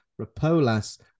Rapolas